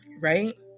right